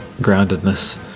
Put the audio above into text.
groundedness